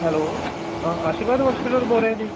hello Ashirwad hospital ਤੋਂ ਬੋਲ ਰਹੇ ਹੋ ਜੀ